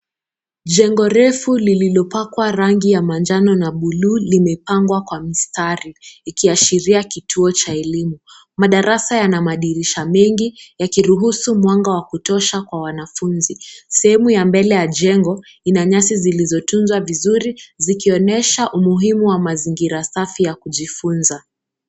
Jengo refu lililopakwa rangi ya manjano na buluu, limepangwa kwa mistari. Ikiashiria kituo cha elimu. Madarasa yana madirisha mengi, yakiruhusu mwanga wa kutosha kwa wanafunzi. Sehemu ya mbele ya jengo ina nyasi zilizotunzwa vizuri, zikionesha umuhimu wa mazingira safi ya kujifunza.